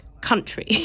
country